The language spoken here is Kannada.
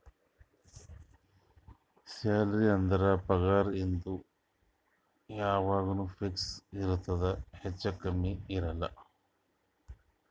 ಸ್ಯಾಲರಿ ಅಂದುರ್ ಪಗಾರ್ ಇದು ಯಾವಾಗ್ನು ಫಿಕ್ಸ್ ಇರ್ತುದ್ ಹೆಚ್ಚಾ ಕಮ್ಮಿ ಇರಲ್ಲ